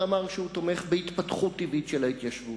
ואמר שהוא תומך בהתפתחות טבעית של ההתיישבות.